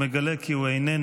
הוא מגלה כי הוא איננו,